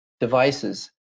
devices